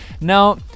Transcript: Now